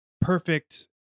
perfect